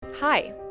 Hi